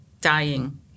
dying